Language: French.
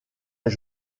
est